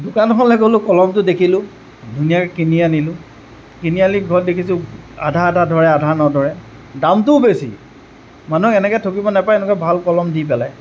দোকান এখনলে গ'লো কলমটো দেখিলোঁ ধুনীয়াকে কিনি আনিলোঁ কিনি আনি ঘৰত দেখিছোঁ আধা আধা ধৰে আধা নধৰে দামটোও বেছি মানুহক এনেকে ঠগিব নাপায় এনেকে ভাল কলম দি পেলায়